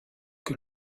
que